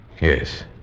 Yes